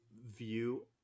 view